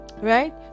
right